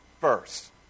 first